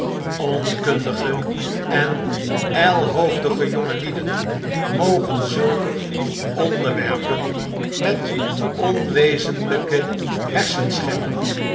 onkundige en ijlhoofdige jongelieden mogen zulke onderwerpen met onwezenlijke hersenschimmen